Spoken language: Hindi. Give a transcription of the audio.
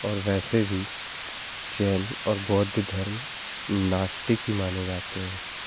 और वैसे भी जैन और बौद्ध धर्म नास्तिक ही माने जाते है